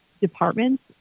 departments